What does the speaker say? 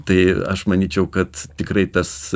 tai aš manyčiau kad tikrai tas